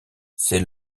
c’est